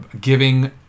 giving